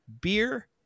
beer